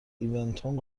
ایوونتون